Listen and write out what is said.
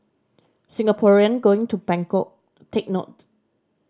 Singaporean going to Bangkok take note